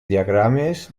diagrames